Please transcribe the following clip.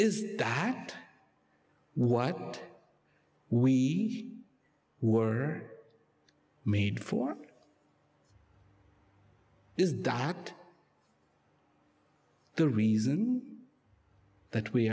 is that what we were made for is that the reason that we